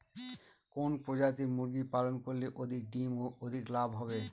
কোন প্রজাতির মুরগি পালন করলে অধিক ডিম ও অধিক লাভ হবে?